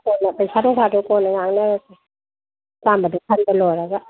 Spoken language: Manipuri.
ꯀꯣꯟꯅ ꯄꯩꯁꯥ ꯅꯨꯡꯁꯥꯗꯣ ꯀꯣꯟꯅ ꯉꯥꯡꯅꯔꯁꯤ ꯑꯄꯥꯝꯕꯗꯣ ꯈꯟꯕ ꯂꯣꯏꯔꯒ